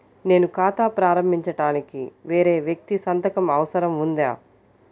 నేను ఖాతా ప్రారంభించటానికి వేరే వ్యక్తి సంతకం అవసరం ఉందా?